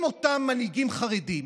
אם אותם מנהיגים חרדים